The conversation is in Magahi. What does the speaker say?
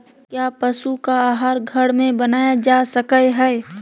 क्या पशु का आहार घर में बनाया जा सकय हैय?